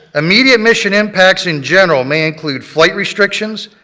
immediate mission impacts in general may include flight restrictions,